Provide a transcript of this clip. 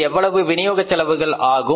எவ்வளவு விநியோக செலவுகள் ஆகும்